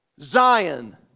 Zion